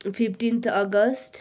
fifteenth August